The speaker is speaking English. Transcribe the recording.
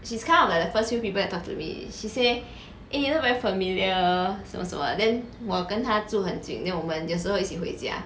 she's kind of like the first few people that talk to me she say eh you look very familiar 什么什么 then 我跟他住很近 then 我们有时候一起回家